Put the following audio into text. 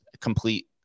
complete